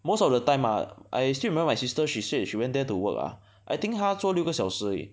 most of the time ah I still remember my sister she said she went there to work ah I think 她做六个小时而已